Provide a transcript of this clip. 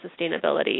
sustainability